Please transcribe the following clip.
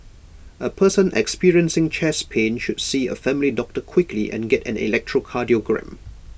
A person experiencing chest pain should see A family doctor quickly and get an electrocardiogram